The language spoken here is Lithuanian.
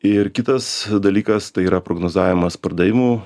ir kitas dalykas tai yra prognozavimas pardavimų